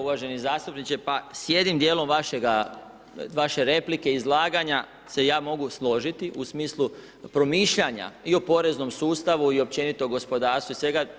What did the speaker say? Uvaženi zastupniče, s jednim dijelom vaše replike, izlaganja se ja mogu složiti u smislu promišljanja i o poreznom sustavu i općenito gospodarstvu i svega.